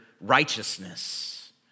righteousness